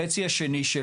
בחציה השני,